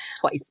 Twice